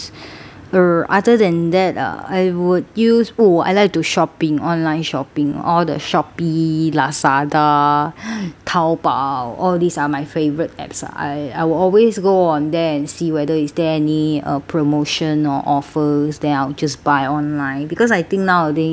err other than that ah I would use oh I like to shopping online shopping all the shopee lazada taobao all these are my favorite apps I I will always go on there and see whether is there any uh promotion or offers then I'll just buy online because I think nowadays uh